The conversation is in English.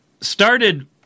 Started